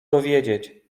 dowiedzieć